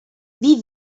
wie